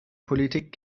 politik